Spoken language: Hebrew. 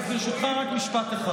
אז ברשותך, רק משפט אחד.